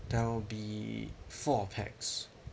that will be four pax